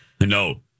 no